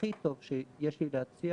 הכי טוב שיש לי להציע